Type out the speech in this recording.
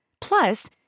Plus